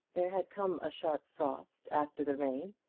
there had come a sharp frost after the rain,